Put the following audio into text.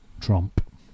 Trump